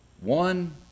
one